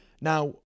Now